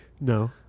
no